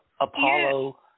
Apollo